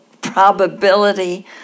probability